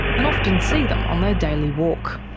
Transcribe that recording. and often see them on their daily walk.